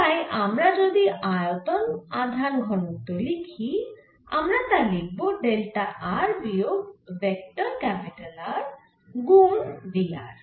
তাই আমরা যদি আয়তন আধান ঘনত্ব লিখি আমরা তা লিখব ডেল্টা r বিয়োগ ভেক্টর R গুন V r